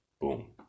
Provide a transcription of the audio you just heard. boom